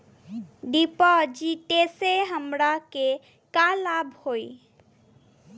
डिपाजिटसे हमरा के का लाभ होई?